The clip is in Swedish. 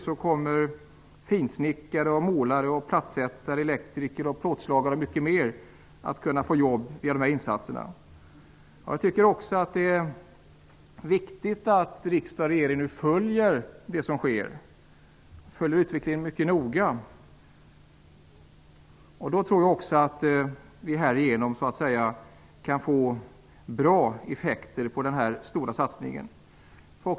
Nu kommer finsnickare, målare, plattsättare, elektriker, plåtslagare osv. att få jobb. Det är också viktigt att riksdagen och regeringen följer utvecklingen noga. Då kan det bli bra effekter av den stora satsningen.